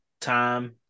time